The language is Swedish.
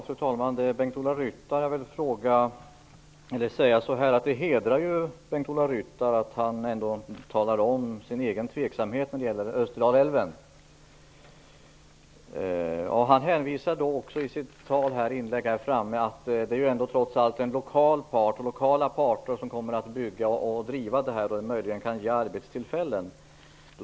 Fru talman! Det hedrar Bengt-Ola Ryttar att han talar om att han är tveksam när det gäller Österdalälven. Han hänvisade också i sitt anförande till att det är lokala parter som kommer att stå för byggnaden och driften och möjligen också kunna ge arbetstillfällen.